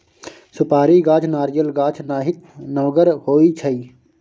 सुपारी गाछ नारियल गाछ नाहित नमगर होइ छइ